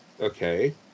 okay